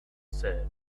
said